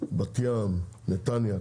בת ים, נתניה.